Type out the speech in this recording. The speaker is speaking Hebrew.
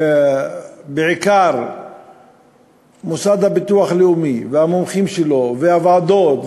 בעיקר במוסד לביטוח לאומי, המומחים שלו והוועדות: